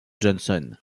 johnson